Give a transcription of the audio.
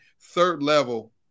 third-level